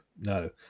no